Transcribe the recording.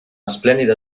splendida